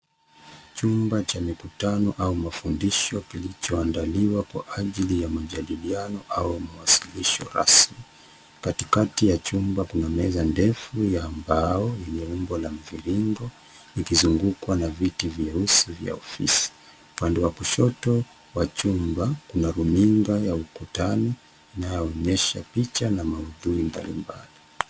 Chumba cha mikutano au mafundisho kilichoandaliwa kwa ajili ya majadiliano au mawasilisho rasmi. Katikati ya chumba kuna meza ndefu ya mbao yenye umbo la mviringo ikizungukwa na viti vyeusi vya ofisi. Upande wa kushoto wa chumba kuna runinga ukutani inayoonyesha picha na maudhui mbalimbali.